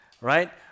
Right